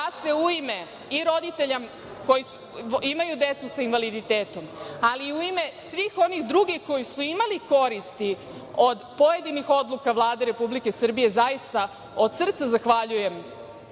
se u ime i roditelja koji imaju decu sa invaliditetom, ali i u ime svih onih drugih koji su imali koristi od pojedinih odluka Vlade Republike Srbije zaista od srca zahvaljujem